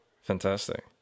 fantastic